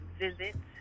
visit